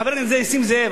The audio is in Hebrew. חבר הכנסת נסים זאב,